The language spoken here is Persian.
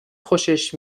خوشش